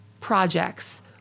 projects